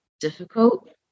difficult